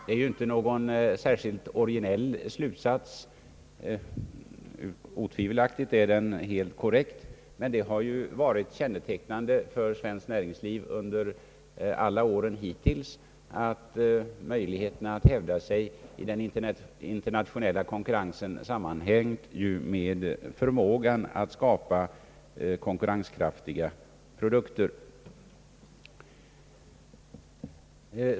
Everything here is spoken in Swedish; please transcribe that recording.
Det är inte någon särskilt originell slutsats — otvivelaktigt är den helt korrekt, men det har ju varit kännetecknande för svenskt näringsliv under alla år hittills att möjligheterna att hävda sig i den internationella konkurrensen hängt samman med förmågan att skapa konkurrenskraftiga produkter.